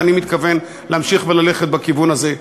ואני מתכוון להמשיך וללכת בכיוון הזה.